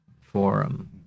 forum